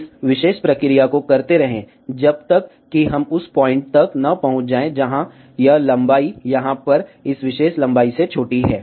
इस विशेष प्रक्रिया को करते रहें जब तक कि हम उस पॉइंट तक न पहुँच जाएँ जहाँ यह लंबाई यहाँ पर इस विशेष लंबाई से छोटी है